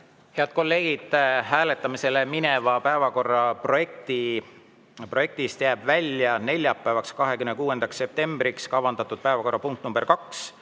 Head kolleegid, hääletamisele minevast päevakorraprojektist jääb välja neljapäevaks, 26. septembriks kavandatud päevakorrapunkt nr 2,